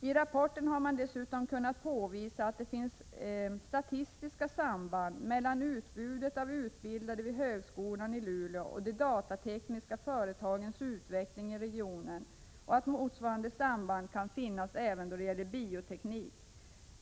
I rapporten har man dessutom kunnat påvisa att det finns statistiska samband mellan utbudet av utbildade vid högskolan i Luleå och de datatekniska företagens utveckling i regionen och att motsvarande samband även kan finnas när det gäller bioteknik.